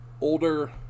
older